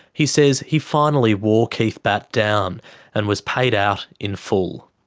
he says he finally wore keith batt down and was paid out in full.